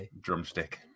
Drumstick